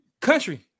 Country